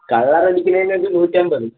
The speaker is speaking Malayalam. കളർ അടിക്കുന്നതിന് ഇത് നൂറ്റമ്പത്